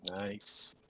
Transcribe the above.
Nice